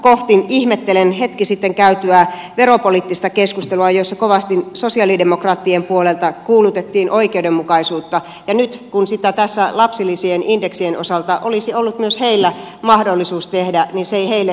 siksi ihmettelen hetki sitten käytyä veropoliittista keskustelua jossa kovasti sosialidemokraattien puolelta kuulutettiin oikeudenmukaisuutta ja nyt kun sitä tässä lapsilisien indeksien osalta olisi ollut myös heillä mahdollisuus tehdä niin se ei heille kelvannutkaan